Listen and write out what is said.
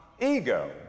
ego